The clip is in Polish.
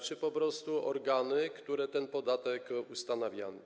Czy po prostu organy, które ten podatek ustanawiały?